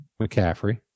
McCaffrey